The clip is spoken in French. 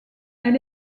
elle